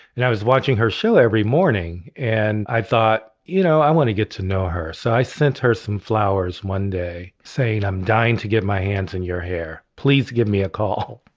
and i was watching her show every morning and i thought, you know, i want to get to know her, so i sent her some flowers one day saying, i'm dying to get my hands in your hair. please give me a call.